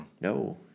No